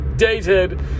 Dated